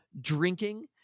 drinking